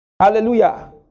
Hallelujah